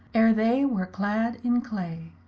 ere they were cladd in clay.